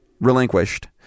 relinquished